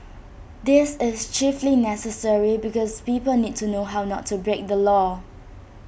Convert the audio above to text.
this is chiefly necessary because people need to know how not to break the law